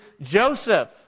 Joseph